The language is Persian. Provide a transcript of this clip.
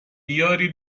بیاری